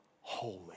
holy